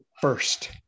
first